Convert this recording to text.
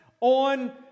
on